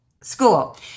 school